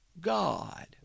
God